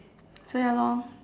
so ya lor